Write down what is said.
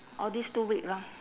orh these two week lah